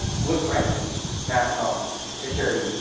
would threaten national security.